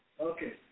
Okay